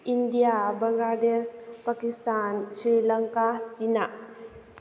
India Bangladesh Pakistan Sri Lanka China